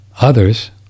others